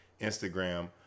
Instagram